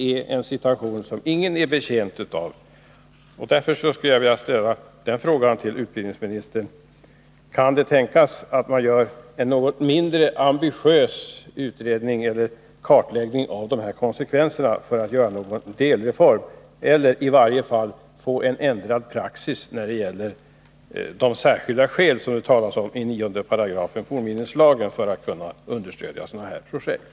Av den situationen är ingen betjänt. Därför skulle jag vilja fråga utbildningsministern: Kan det tänkas att man gör en mindre ambitiös utredning eller en kartläggning av de nämnda konsekvenserna, så att vi kan få en delreform eller åtminstone en ändring av praxis när det gäller de särskilda skäl som det talas om i 9§ fornminneslagen för att kunna understödja sådana här projekt?